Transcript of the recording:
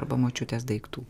arba močiutės daiktų